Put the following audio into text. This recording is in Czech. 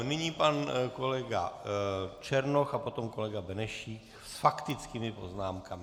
Nyní pan kolega Černoch a potom kolega Benešík s faktickými poznámkami.